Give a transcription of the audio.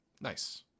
Nice